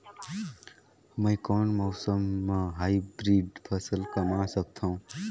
मै कोन मौसम म हाईब्रिड फसल कमा सकथव?